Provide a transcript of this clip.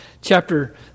chapter